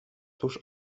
tuż